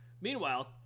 Meanwhile